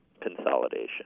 consolidation